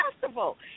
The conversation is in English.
festival